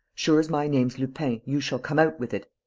sure as my name's lupin, you shall come out with it.